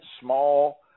small